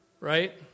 Right